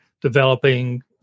developing